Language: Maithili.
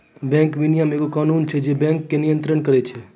बैंक विनियमन एगो कानून छै जे बैंको के नियन्त्रण करै छै